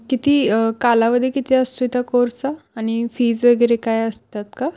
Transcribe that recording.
किती कालावधी किती असतो त्या कोर्सचा आणि फीज वगैरे काय असतात का